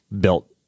built